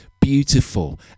beautiful